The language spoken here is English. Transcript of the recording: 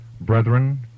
Brethren